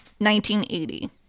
1980